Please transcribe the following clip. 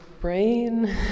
brain